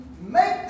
make